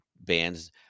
bands